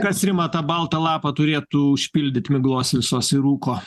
kas rima tą baltą lapą turėtų užpildyt miglos visos ir rūko